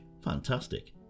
Fantastic